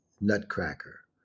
Nutcracker